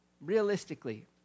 Realistically